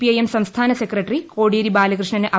I M സംസ്ഥാന സെക്രട്ടറി കോടിയേരി ബാലകൃഷ്ണൻ പറഞ്ഞു